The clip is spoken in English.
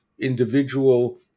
individual